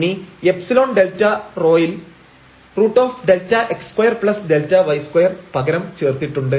ഇനി ϵΔρ യിൽ √Δx2Δy2 പകരം ചേർത്തിട്ടുണ്ട്